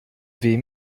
wem